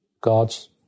God's